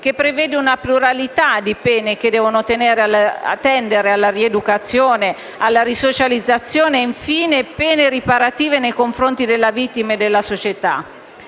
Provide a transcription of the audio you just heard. che prevede una pluralità di pene che devono tendere alla rieducazione, alla risocializzazione e infine, pene riparative nei confronti della vittima e della società,